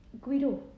Guido